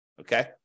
Okay